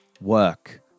work